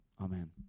Amen